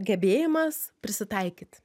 gebėjimas prisitaikyt